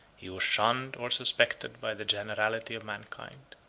he was shunned or suspected by the generality of mankind.